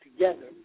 together